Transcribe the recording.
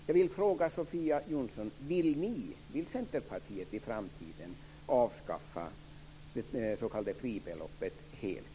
Jag vill fråga Sofia Jonsson om Centerpartiet i framtiden vill avskaffa det s.k. fribeloppet helt.